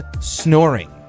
snoring